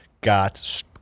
got